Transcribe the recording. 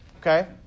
Okay